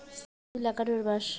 সিম লাগানোর মাস?